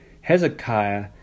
Hezekiah